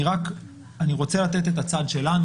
אני רק רוצה לתת את הצד שלנו,